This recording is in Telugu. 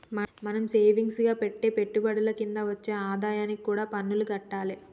మనం సేవింగ్స్ గా పెట్టే పెట్టుబడుల కింద వచ్చే ఆదాయానికి కూడా పన్నులు గట్టాలే